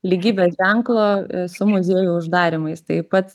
lygybės ženklo su muziejų uždarymais tai pats